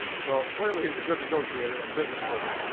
so clearly he's a good negotiator and business person.